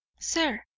sir